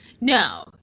No